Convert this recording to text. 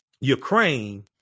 Ukraine